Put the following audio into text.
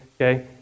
okay